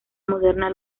moderna